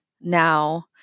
now